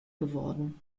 geworden